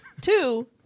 Two